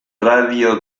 radio